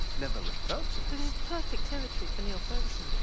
never referred to this is perfect territory for niall ferguson. but